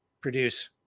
produce